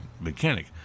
mechanic